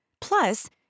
Plus